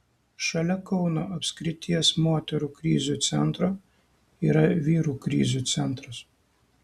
šalia kauno apskrities moterų krizių centro yra vyrų krizių centras